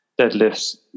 deadlifts